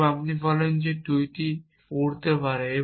এবং আপনি বলেন টুইটি উড়তে পারে